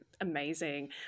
amazing